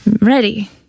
ready